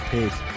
Peace